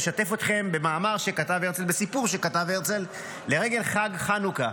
אני משתף אתכם בסיפור שכתב הרצל לרגל חג חנוכה.